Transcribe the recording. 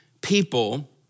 people